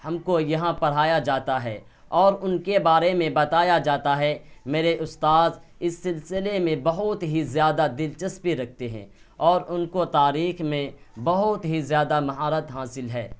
ہم کو یہاں پڑھایا جاتا ہے اور ان کے بارے میں بتایا جاتا ہے میرے استاذ اس سلسلے میں بہت ہی زیادہ دلچسپی رکھتے ہیں اور ان کو تاریخ میں بہت ہی زیادہ مہارت حاصل ہے